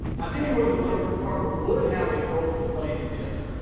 i tell you where the labor department would have a role to play in this.